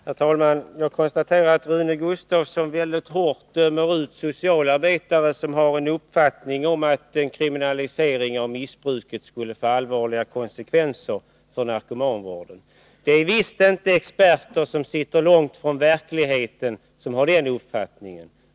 Herr talman! Jag konstaterar att Rune Gustavsson väldigt hårt dömer ut socialarbetare som har uppfattningen att en kriminalisering av missbruket skulle få allvarliga konsekvenser för narkomanvården. Det är visst inte experter som sitter långt från verkligheten som har den uppfattningen.